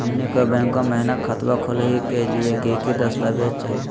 हमनी के बैंको महिना खतवा खोलही के लिए कि कि दस्तावेज चाहीयो?